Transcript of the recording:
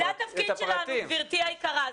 זה התפקיד שלנו גבירתי היקרה.